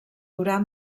durar